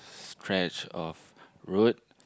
stretch of road